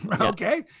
Okay